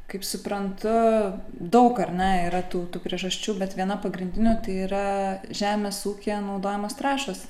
kaip suprantu daug ar ne yra tų priežasčių bet viena pagrindinių tai yra žemės ūkyje naudojamos trašos